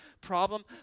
problem